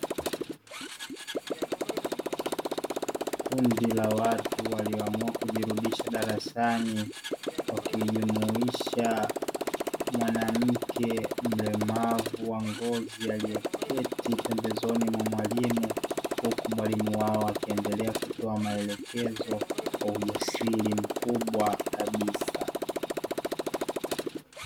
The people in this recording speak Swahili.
Kundi la watu waliamua kujirudisha darasani wakijumuisha mwanamke mlemavu wa ngozi aliyeketi pembezoni mwa mwalimu, huku mwalimu wao akiendelea kutoa maelekezo kwa ujasiri mkubwa kabisa.